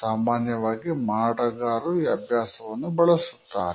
ಸಾಮಾನ್ಯವಾಗಿ ಮಾರಾಟಗಾರರು ಈ ಅಭ್ಯಾಸವನ್ನು ಬಳಸುತ್ತಾರೆ